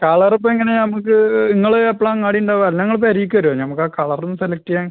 colour ഇപ്പോൾ എങ്ങനെയാണ് നമുക്ക് നിങ്ങൾ എപ്പോളാണ് അങ്ങാടിയിൽ ഉണ്ടാവുക അല്ലേ നിങ്ങൾ പുരയിലേക്ക് വരുമോ നമുക്ക് ആ കളറും സെലക്റ്റ് ചെയ്യാൻ